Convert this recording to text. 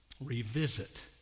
Revisit